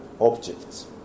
objects